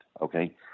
okay